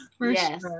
Yes